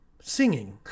singing